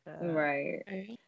Right